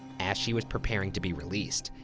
as she was preparing to be released,